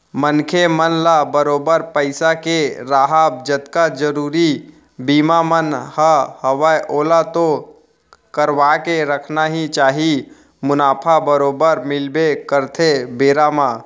मनखे मन ल बरोबर पइसा के राहब जतका जरुरी बीमा मन ह हवय ओला तो करवाके रखना ही चाही मुनाफा बरोबर मिलबे करथे बेरा म